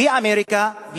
בלי אמריקה,